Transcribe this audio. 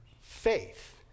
Faith